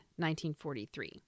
1943